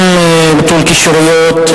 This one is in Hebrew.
גם ביטול קישוריות,